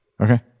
Okay